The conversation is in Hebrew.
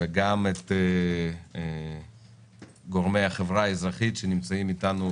וגם את גורמי החברה האזרחית, שרובם נמצאים איתנו